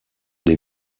des